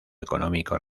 económico